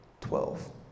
Twelve